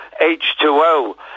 H2O